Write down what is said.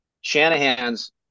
Shanahan's